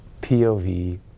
POV